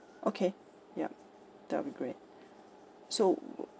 okay yup that will be great so oo